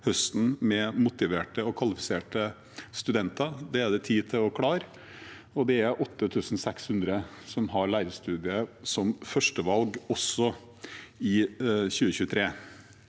med motiverte og kvalifiserte studenter. Det er det tid til å klare. Det er 8 600 som har lærerstudiet som førstevalg også i 2023,